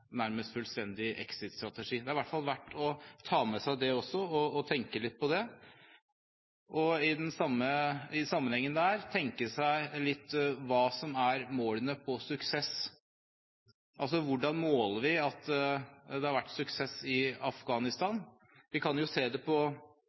nærmest fullstendig exit-strategi. Det er i hvert fall verdt å ta med seg det også og tenke litt på det. I den samme sammenhengen må man tenke litt på hva som er målene på suksess: Hvordan måler vi at det har vært suksess i Afghanistan?